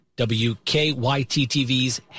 WKYT-TV's